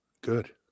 Good